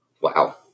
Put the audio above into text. Wow